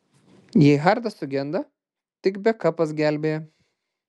jei hardas sugenda tik bekapas gelbėja